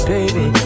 Baby